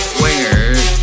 wingers